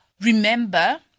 remember